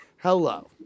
Hello